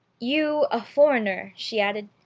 you, a foreigner, she added,